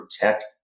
protect